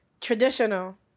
traditional